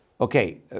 Okay